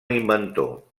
inventor